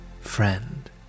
friend